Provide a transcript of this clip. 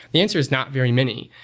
the answer is not very many.